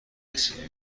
رسیدی